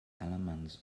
elements